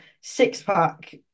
six-pack